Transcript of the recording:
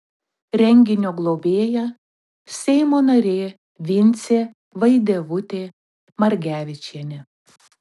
renginio globėja seimo narė vincė vaidevutė margevičienė